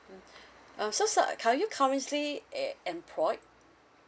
mm uh so sir are you currently e~ employed